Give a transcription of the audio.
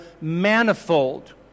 manifold